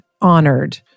honored